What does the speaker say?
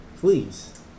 Please